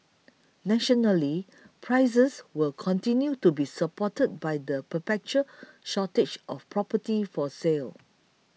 nationally prices will continue to be supported by the perpetual shortage of property for sale